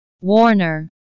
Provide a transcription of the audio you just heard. warner